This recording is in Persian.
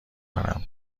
دارم